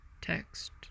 text